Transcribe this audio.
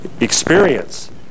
experience